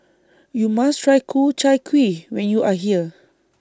YOU must Try Ku Chai Kuih when YOU Are here